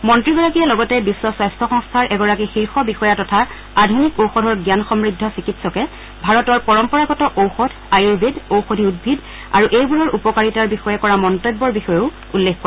মন্ত্ৰীগৰাকীয়ে লগতে বিশ্ব স্বাস্থ্য সংস্থাৰ এগৰাকী শীৰ্ষ বিষয়া তথা আধুনিক ঔষধৰ জ্ঞান সমূদ্ধ চিকিৎসকে ভাৰতৰ পৰম্পৰাগত ঔষধ আয়ুৰ্বেদ ঔষধি উদ্ভিদ আৰু এইবোৰৰ উপকাৰিতাৰ বিষয়ে কৰা মন্তব্যৰ বিষয়েও উল্লেখ কৰে